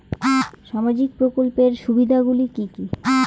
সামাজিক প্রকল্পের সুবিধাগুলি কি কি?